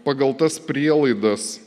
pagal tas prielaidas